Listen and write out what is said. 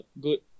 good